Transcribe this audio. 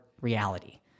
reality